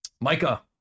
Micah